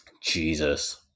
Jesus